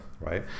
right